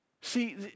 See